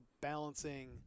balancing